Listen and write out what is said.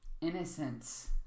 Innocence